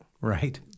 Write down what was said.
Right